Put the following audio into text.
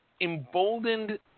emboldened